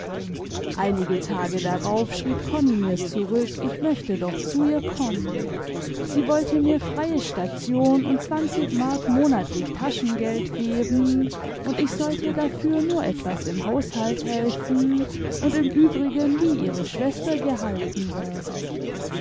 einige tage darauf schrieb konni mir zurück ich möchte doch zu ihr kommen sie wollte mir freie station und zwanzig mark monatlich taschengeld geben und ich sollte dafür nur etwas im haushalt helfen und im übrigen wie ihre schwester gehalten werden